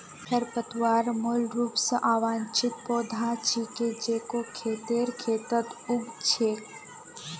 खरपतवार मूल रूप स अवांछित पौधा छिके जेको खेतेर खेतत उग छेक